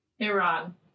Iran